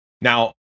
Now